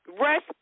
Rest